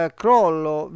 crollo